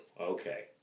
Okay